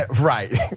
Right